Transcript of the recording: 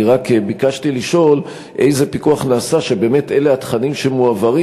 אני רק ביקשתי לשאול איזה פיקוח נעשה שבאמת אלה התכנים שמועברים